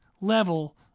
level